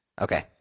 Okay